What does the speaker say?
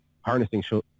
harnessing